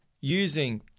using